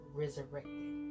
resurrected